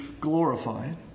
glorified